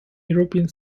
european